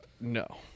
No